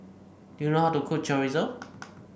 do you know how to cook Chorizo